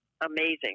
amazing